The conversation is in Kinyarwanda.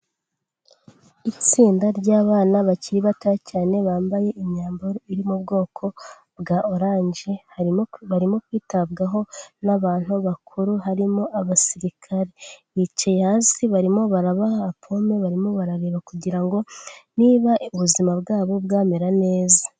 Itsinda ry'abana bakiri batoya cyane bambaye imyambaro iri mu bwoko bwa orange, harimo barimo kwitabwaho n'abantu bakuru harimo abasirikare. Bicaye hasi barimo barabaha pome barimo barareba kugira ngo niba ubuzima bwabo bwamera neza.